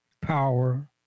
power